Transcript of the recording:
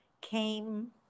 came